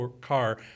car